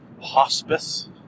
hospice